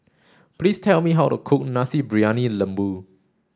please tell me how to cook Nasi Briyani Lembu